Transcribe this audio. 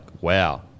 wow